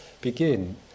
begin